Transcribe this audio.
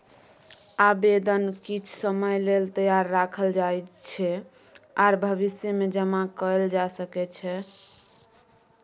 आबेदन किछ समय लेल तैयार राखल जाइ छै आर भविष्यमे जमा कएल जा सकै छै